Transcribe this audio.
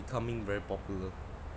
becoming very popular